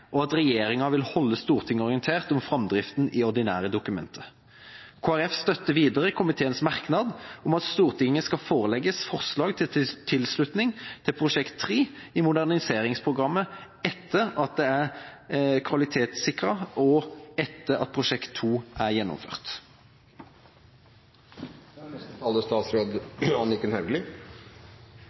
og at regjeringa vil holde Stortinget orientert om framdriften i ordinære dokumenter. Kristelig Folkeparti støtter videre komiteens merknad om at Stortinget skal forelegges forslag til tilslutning til Prosjekt 3 i Moderniseringsprogrammet etter at det er kvalitetssikret, og etter at Prosjekt 2 er